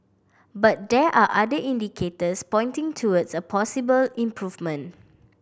but there are other indicators pointing towards a possible improvement